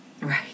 Right